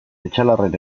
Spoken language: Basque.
etxalarren